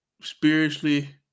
spiritually